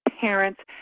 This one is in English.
parents